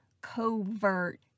covert